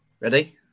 Ready